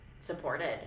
supported